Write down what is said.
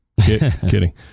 Kidding